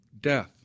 death